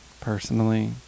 personally